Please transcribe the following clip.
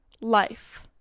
life